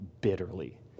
bitterly